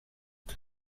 que